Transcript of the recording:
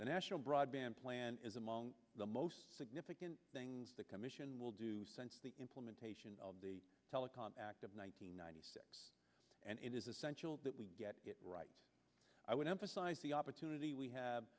the national broadband plan is among the most significant things the commission will do since the implementation of the telecom act of one nine hundred ninety six and it is essential that we get it right i would emphasize the opportunity we have